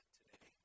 today